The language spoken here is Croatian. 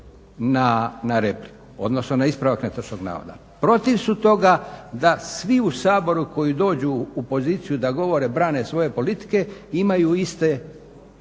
na repliku, odnosno na ispravak netočnog navoda. Protiv su toga da svi u Saboru koji dođu u poziciju da govore, brane svoje politike imaju iste